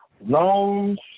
loans